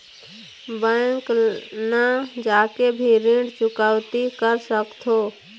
Bank न जाके भी ऋण चुकैती कर सकथों?